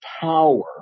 power